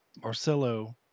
Marcelo